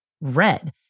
red